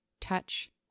touch